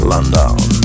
London